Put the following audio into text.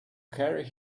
carry